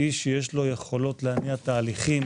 איש שיש לו יכולות להניע תהליכים,